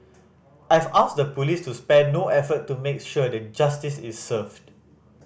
I've asked the police to spare no effort to make sure that justice is served